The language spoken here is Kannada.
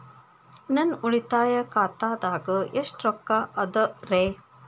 ನನ್ನ ಉಳಿತಾಯ ಖಾತಾದಾಗ ಎಷ್ಟ ರೊಕ್ಕ ಅದ ರೇ?